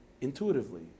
intuitively